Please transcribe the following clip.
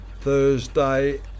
Thursday